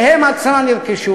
שהם עד כה נרכשו,